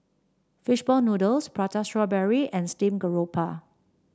fish ball noodles Prata Strawberry and Steamed Garoupa